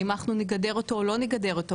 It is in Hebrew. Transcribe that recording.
האם אנחנו נגדר אותו או לא נגדר אותו?